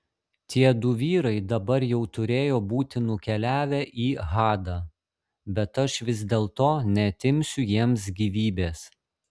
tiedu vyrai dabar jau turėjo būti nukeliavę į hadą bet aš vis dėlto neatimsiu jiems gyvybės